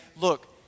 look